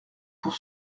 pour